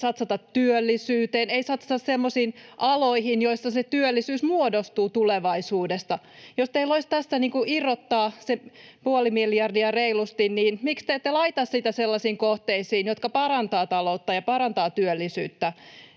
ei satsata työllisyyteen, ei satsata semmoisiin aloihin, joissa työllisyys muodostuu tulevaisuudessa. Jos teillä olisi tästä irrottaa se reilusti puoli miljardia, niin miksi te ette laita sitä sellaisiin kohteisiin, jotka parantavat taloutta ja parantavat työllisyyttä?